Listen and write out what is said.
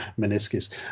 meniscus